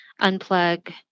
unplug